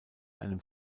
einem